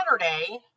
Saturday